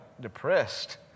depressed